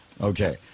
Okay